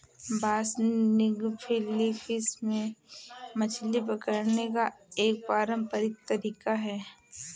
बासनिग Philippines में मछली पकड़ने का एक पारंपरिक तरीका है